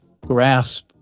grasp